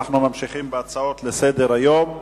אנחנו ממשיכים בהצעות לסדר-היום מס'